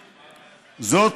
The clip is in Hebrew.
זאת,